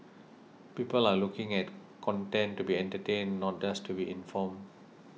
people are looking at content to be entertained not just to be informed